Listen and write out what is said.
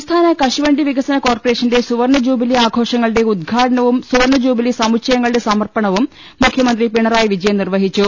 സംസ്ഥാന കശുവണ്ടി വികസന കോർപ്പറേഷന്റെ സുവർണ ജൂബിലി ആഘോഷങ്ങളുടെ ഉദ്ഘാടനവും സുവർണ ജൂബിലി സമുച്ചയങ്ങളുടെ സമർപ്പണവും മുഖ്യമന്ത്രി പിണറായി വിജയൻ നിർവഹിച്ചു